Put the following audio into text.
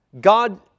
God